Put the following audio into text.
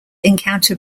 encounter